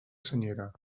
senyera